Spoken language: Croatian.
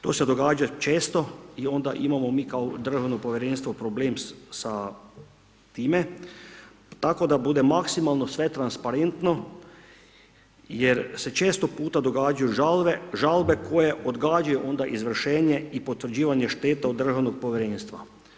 To se događa često i onda imamo mi kao državno povjerenstvo problem sa time tako da bude maksimalno sve transparentno jer se često puta događaju žalbe koje odgađaju onda izvršenje i potvrđivanje šteta od državnog povjerenstva.